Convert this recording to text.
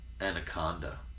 anaconda